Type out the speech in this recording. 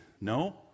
No